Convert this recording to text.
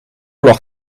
lag